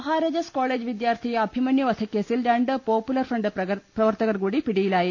മഹാരാജാസ്ട് കോള്ജ് വിദ്യാർത്ഥി അഭിമന്യുവധക്കേസിൽ രണ്ട് പോപ്പുലർ ഫ്രണ്ട് പ്രവർത്തകർ കൂടി പിടിയിലായി